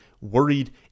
worried